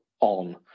on